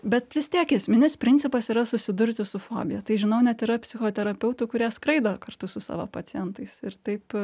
bet vis tiek esminis principas yra susidurti su fobija tai žinau net yra psichoterapeutų kurie skraido kartu su savo pacientais ir taip